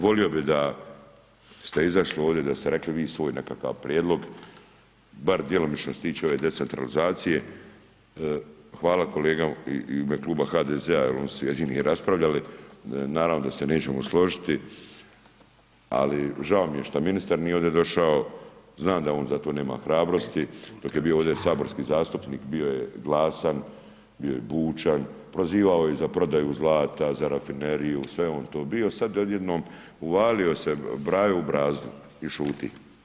Volio bih da ste izašli ovdje, da ste rekli vi svoj nekakav prijedlog, bar djelomično što se tiče ove decentralizacije, hvala kolegama hvala kolegama i u ime Kluba HDZ-a jer oni jedini raspravljali, naravno da se nećemo složiti, ali žao mi je što ministar nije ovdje došao, znam da on za to nema hrabrosti, dok je bio ovdje saborski zastupnik, bio je glasan bio je bučan, prozivao je i za prodaju zlata i za rafineriju i sve je on to bio, sada odjednom uvalio se brajo u brazdu i šuti.